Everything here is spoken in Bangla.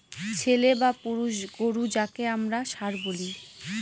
ছেলে বা পুরুষ গোরু যাকে আমরা ষাঁড় বলি